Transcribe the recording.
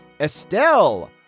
Estelle